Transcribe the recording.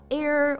air